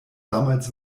damals